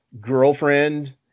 girlfriend